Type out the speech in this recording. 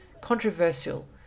controversial